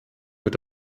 wird